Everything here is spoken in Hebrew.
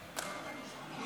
חבר הכנסת עודה,